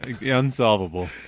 Unsolvable